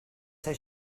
seus